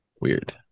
weird